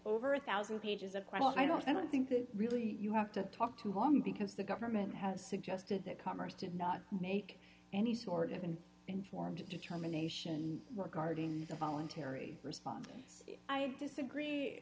over a one thousand pages a question i don't i don't think that really you have to talk to home because the government has suggested that commerce did not make any sort of an informed determination regarding the voluntary response i disagree